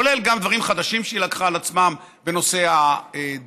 כולל דברים חדשים שהיא לקחה על עצמה בנושא הדיור,